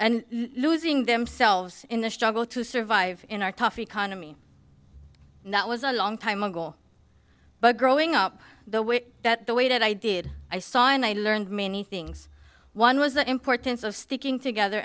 and losing themselves in the struggle to survive in our tough economy and that was a long time ago but growing up the way that the way that i did i saw and i learned many things one was the importance of sticking together